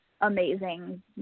amazing